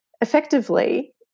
Effectively